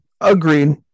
Agreed